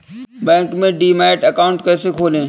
Bank में demat account कैसे खोलें?